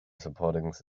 supporters